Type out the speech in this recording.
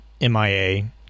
mia